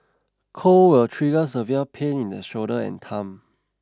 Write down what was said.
cold will trigger severe pain in the shoulder and thumb